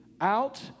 out